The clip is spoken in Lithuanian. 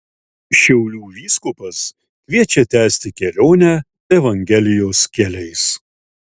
šiaulių vyskupas kviečia tęsti kelionę evangelijos keliais